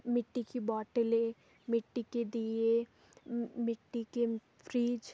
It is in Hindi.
मिट्टी की बौटलें मिट्टी के दीये मिट्टी के फ्रीज